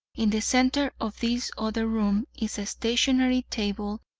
in the center of this other room is a stationary table,